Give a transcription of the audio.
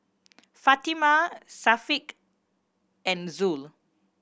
Fatimah Syafiq and Zul